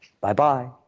Bye-bye